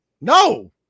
No